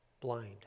blind